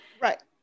right